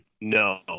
no